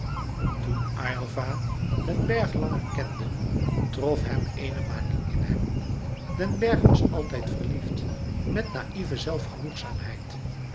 toen aylva den bergh langer kende trof hem eene manie in hem den bergh was altijd verliefd met naïve zelfgenoegzaamheid